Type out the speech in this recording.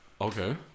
Okay